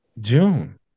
June